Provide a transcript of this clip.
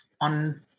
on